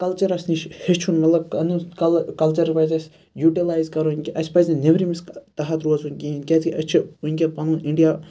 کَلچَرَس نِش ہیٚچھُن مَطلَب کَلچَر پَزِ اَسہِ یوٗٹِلایِز کَرُن کہِ اَسہِ پَزِ نہٕ نیٚبرٕمِس تَہَتھ روزُن کِہیٖنۍ کیازِ أسۍ چھِ وٕنکٮ۪ن پَنُن اِنڈیا